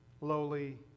lowly